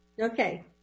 Okay